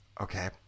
Okay